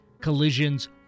collisions